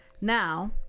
Now